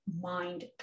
mind